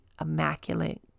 Immaculate